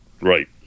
right